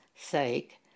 sake